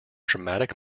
dramatic